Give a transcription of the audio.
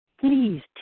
please